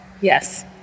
Yes